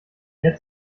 mehr